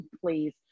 please